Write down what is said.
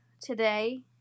today